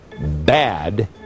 bad